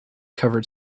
covered